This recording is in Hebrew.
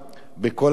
בכל הנושא,